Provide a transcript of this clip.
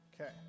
Okay